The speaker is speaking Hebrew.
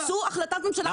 תעשו החלטת ממשלה.